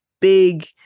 big